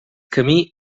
camí